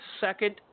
second